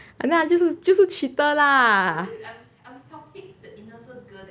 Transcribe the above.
!hanna! 就是就是 cheater lah